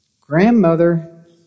Grandmother